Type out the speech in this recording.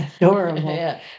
adorable